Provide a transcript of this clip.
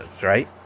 right